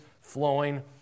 flowing